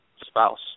spouse